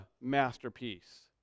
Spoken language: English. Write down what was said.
masterpiece